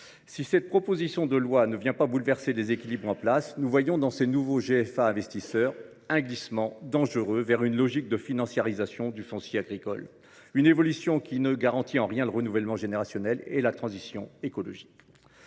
si cette proposition de loi ne vient pas bouleverser les équilibres en place, nous voyons dans ces nouveaux GFAI un glissement dangereux vers une logique de financiarisation du foncier agricole, une évolution qui ne garantit en rien le renouvellement générationnel et la transition écologique.